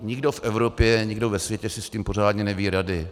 Nikdo v Evropě, nikdo ve světě si s tím pořádně neví rady.